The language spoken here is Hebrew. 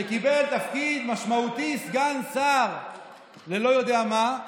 שקיבל תפקיד משמעותי, סגן שר ללא יודע מה,